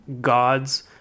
God's